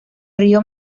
río